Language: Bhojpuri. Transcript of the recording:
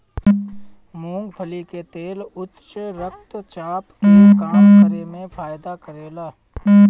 मूंगफली के तेल उच्च रक्त चाप के कम करे में फायदा करेला